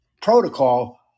protocol